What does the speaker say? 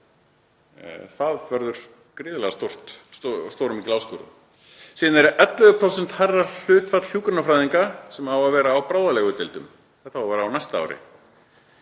Það verður gríðarlega stór og mikil áskorun. Síðan er 11% hærra hlutfall hjúkrunarfræðinga sem á að vera á bráðalegudeildum. Þetta á að vera á næsta ári